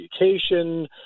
education